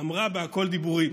אמרה בהכול דיבורים.